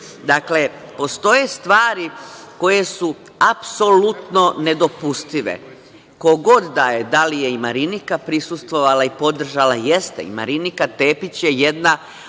postoje stvari koje su apsolutno nedopustive, ko god da je, da li je i Marinika prisustvovala i podržala. Jeste i Marinika Tepić je jedna